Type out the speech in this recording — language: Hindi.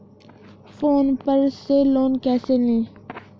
फोन पर से लोन कैसे लें?